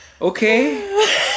okay